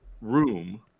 room